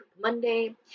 Monday